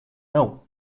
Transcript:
não